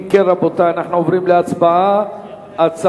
אם כן, רבותי, אנחנו עוברים להצבעה, הצעת